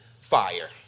fire